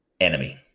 enemy